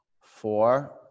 Four